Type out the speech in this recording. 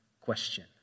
question